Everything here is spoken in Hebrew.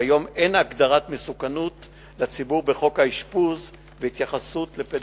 כיום אין הגדרת מסוכנות לציבור בחוק האשפוז בהתייחסות לפדופיליה.